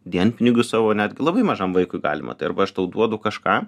dienpinigius savo netgi labai mažam vaikui galima tai arba aš tau duodu kažką